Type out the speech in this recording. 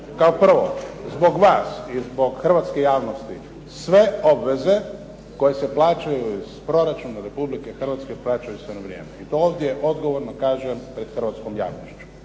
Kao prvo, zbog vas i zbog hrvatske javnosti sve obveze koje se plaćaju iz proračuna Republike Hrvatske plaćaju se na vrijeme i to ovdje odgovorno kažem pred hrvatskom javnošću.